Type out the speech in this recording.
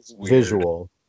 visual